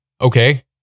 Okay